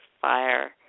fire